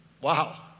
Wow